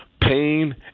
pain